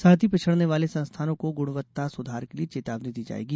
साथ ही पिछड़ने वाले संस्थानों को गुणवत्ता सुधार के लिए चेतावनी दी जायेगी